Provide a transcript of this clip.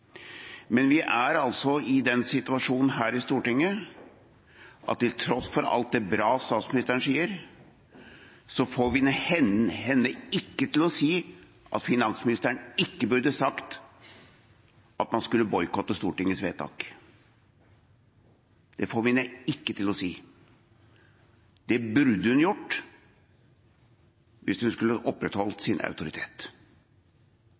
Men vi er altså i den situasjonen her i Stortinget at til tross for alt det bra statsministeren sier, får vi henne ikke til å si at finansministeren ikke burde sagt at man skulle boikotte Stortingets vedtak. Det får vi henne ikke til å si. Det burde hun gjort, hvis hun skulle opprettholdt sin autoritet.